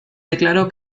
declaró